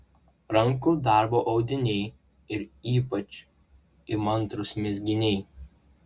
rankų darbo audiniai ir ypač įmantrūs mezginiai